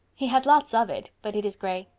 he has lots of it, but it is gray.